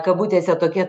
kabutėse tokie